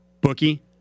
bookie